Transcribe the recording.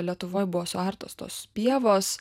lietuvoj buvo suartos tos pievos